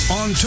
on